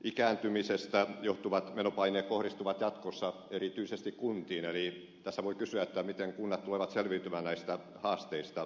ikääntymisestä johtuvat menopaineet kohdistuvat jatkossa erityisesti kuntiin eli tässä voi kysyä miten kunnat tulevat selviytymään näistä haasteista